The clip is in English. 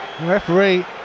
Referee